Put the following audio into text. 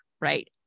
right